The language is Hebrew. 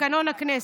לתקנון הכנסת.